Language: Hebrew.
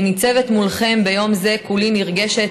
אני ניצבת מולכם ביום זה כולי נרגשת,